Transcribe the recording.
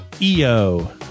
EO